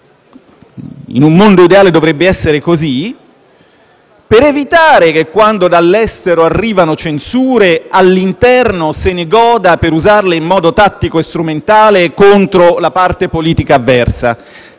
(in un mondo ideale dovrebbe essere così), per evitare che, quando dall'estero arrivano censure, all'interno se ne goda per usarle in modo tattico e strumentale contro la parte politica avversa.